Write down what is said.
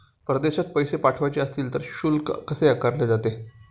परदेशात पैसे पाठवायचे असतील तर शुल्क कसे आकारले जाते?